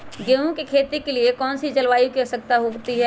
गेंहू की खेती के लिए कौन सी जलवायु की आवश्यकता होती है?